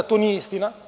To nije istina.